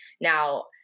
Now